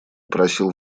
просил